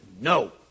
no